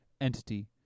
entity